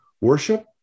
worship